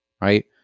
Right